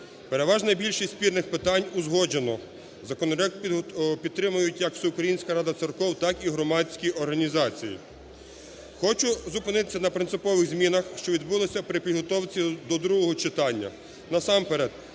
Переважна більшість спірних питань узгоджено. Законопроект підтримають як Всеукраїнська рада церков, так і громадські організації. Хочу зупинитися на принципових змінах, що відбулися при підготовці до другого читання. Насамперед,